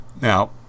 Now